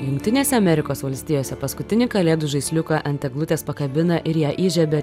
jungtinėse amerikos valstijose paskutinį kalėdų žaisliuką ant eglutės pakabina ir ją įžiebia